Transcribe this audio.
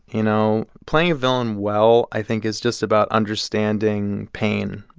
you know? playing a villain well, i think, is just about understanding pain.